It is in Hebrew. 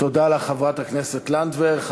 תודה לך, חברת הכנסת לנדבר.